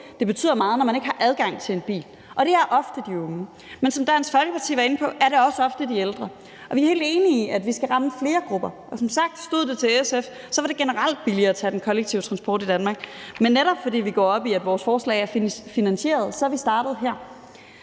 det betyder meget, når man ikke har adgang til en bil, og det gælder ofte de unge. Men som Dansk Folkeparti var inde på, gælder det ofte også de ældre, og vi er helt enige i, vi skal ramme flere grupper. Og som sagt, stod det til SF, var det generelt billigere at bruge den kollektive transport i Danmark, men netop fordi vi går op i, at vores forslag er finansierede, er vi startet her.